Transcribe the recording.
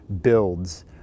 builds